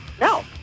No